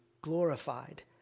glorified